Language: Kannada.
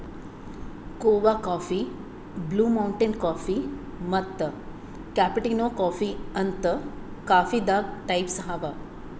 ಕೋಆ ಕಾಫಿ, ಬ್ಲೂ ಮೌಂಟೇನ್ ಕಾಫೀ ಮತ್ತ್ ಕ್ಯಾಪಾಟಿನೊ ಕಾಫೀ ಅಂತ್ ಕಾಫೀದಾಗ್ ಟೈಪ್ಸ್ ಅವಾ